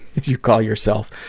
you call yourself,